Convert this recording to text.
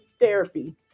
therapy